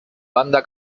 banda